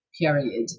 period